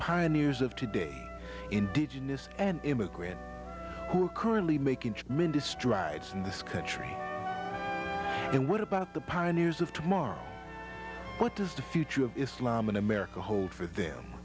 pioneers of today indigenous and immigrant who are currently making tremendous strides in this country and what about the pioneers of tomorrow what does the future of islam in america hold for them